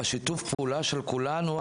שיתוף הפעולה של כולנו,